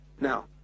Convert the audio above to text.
Now